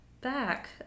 back